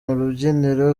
rubyiniro